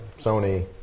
Sony